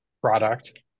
product